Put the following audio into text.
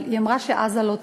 היא אמרה שעזה לא תיעלם,